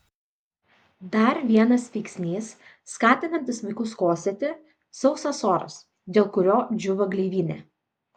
dar vienas veiksnys skatinantis vaikus kosėti sausas oras dėl kurio džiūva gleivinė